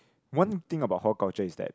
one thing about hawker culture is that